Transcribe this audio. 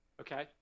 okay